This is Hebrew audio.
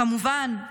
כמובן,